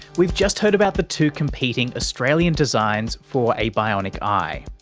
we've just heard about the two competing australian designs for a bionic eye,